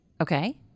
okay